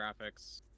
graphics